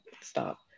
stop